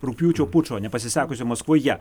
rugpjūčio pučo nepasisekusio maskvoje